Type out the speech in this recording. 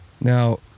now